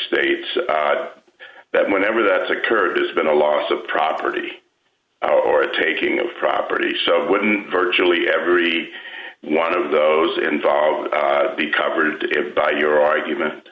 states that whenever that occurred has been a loss of property or the taking of property so wouldn't virtually every one of those involved be covered by your argument